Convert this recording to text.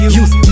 Youth